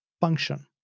function